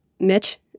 Mitch